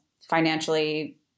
financially